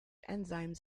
enzymes